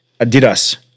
Adidas